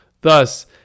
Thus